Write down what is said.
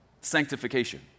sanctification